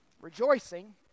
Rejoicing